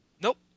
Nope